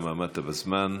גם עמדת בזמן.